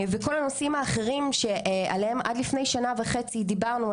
וכל הנושאים האחרים שעליהם עד לפני שנה וחצי דיברנו,